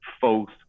false